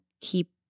keep